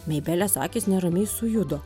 meilės akys neramiai sujudo